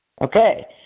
okay